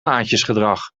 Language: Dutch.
haantjesgedrag